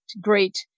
great